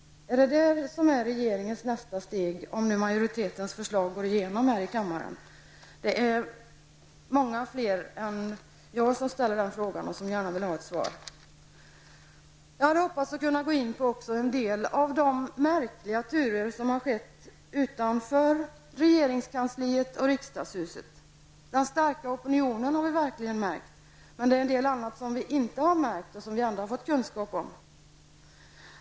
Är detta regeringens nästa steg om majoritetens förslag går igenom här i kammaren? Det är många fler än jag som ställer den frågan och som gärna vill ha ett svar. Jag hade hoppats att kunna gå in på en del av de märkliga turer som har skett utanför regeringskansliet och riksdagshuset. Vi har verkligen märkt den starka opinionen, men det finns en del annat som vi inte har märkt och som vi ändå har fått kunskap om.